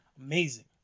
Amazing